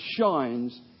shines